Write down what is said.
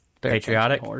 Patriotic